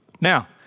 Now